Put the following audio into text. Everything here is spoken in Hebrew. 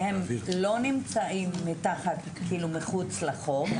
והם לא נמצאים מחוץ לחוק,